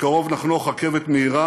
בקרוב נחנוך רכבת מהירה